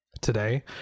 Today